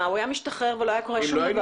הוא היה משתחרר ולא היה קורה שום דבר.